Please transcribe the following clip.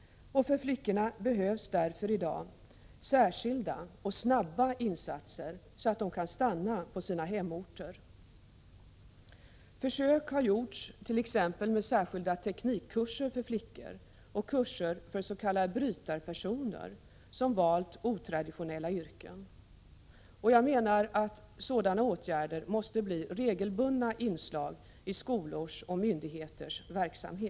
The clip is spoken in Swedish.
För flickorna behövs därför i dag särskilda och snabba insatser, så att de kan stanna på sina hemorter, Försök har gjorts t.ex. med särskilda teknikkurser för flickor och kurser förs.k. brytarpersoner, dvs. sådana som valt otraditionella yrken, Jag menar att sådana åtgärder måste bli regelbundna inslag i skolors och myndigheters verksamhet.